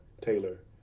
Taylor